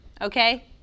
Okay